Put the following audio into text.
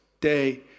day